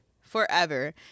forever